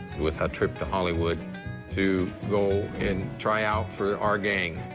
with her trip to hollywood to go and try out for our gang.